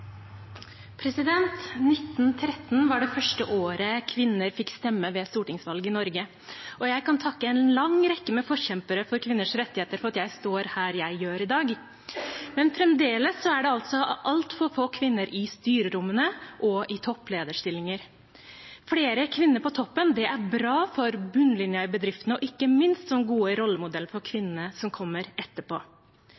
1913 var det første året kvinner fikk stemme ved stortingsvalg i Norge, og jeg kan takke en lang rekke forkjempere for kvinners rettigheter for at jeg står her i dag. Men fremdeles er det altfor få kvinner i styrerommene og i topplederstillinger. Flere kvinner på toppen er bra for bunnlinjen i bedriftene og ikke minst som gode rollemodeller for